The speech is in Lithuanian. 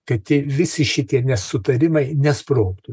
kad tie visi šitie nesutarimai nesprogtų